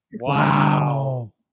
Wow